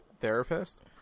therapist